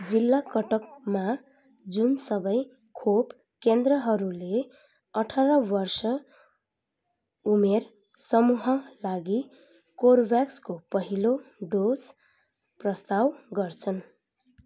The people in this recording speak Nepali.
जिल्ला कटकमा जुन सबै खोप केन्द्रहरूले अठार वर्ष उमेर समूह लागि कर्बेभ्याक्सको पहिलो डोज प्रस्ताव गर्छन्